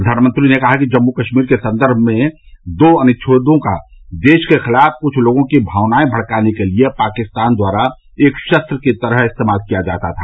प्रधानमंत्री ने कहा है कि जम्मू कश्मीर के संदर्भ में दो अनुच्छेदों का देश के खिलाफ कुछ लोगों की भावनाएं भड़काने के लिये पाकिस्तान द्वारा एक शस्त्र की तरह इस्तेमाल किया जाता था